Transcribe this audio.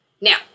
Now